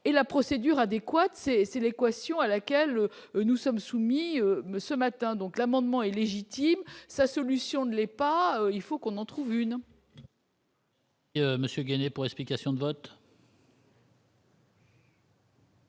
et la procédure adéquate, c'est : c'est l'équation à laquelle nous sommes soumis me ce matin donc, l'amendement est légitime sa solution de l'pas, il faut qu'on en trouve une. Et monsieur Gagnier pour explication de vote.